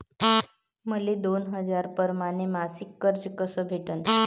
मले दोन हजार परमाने मासिक कर्ज कस भेटन?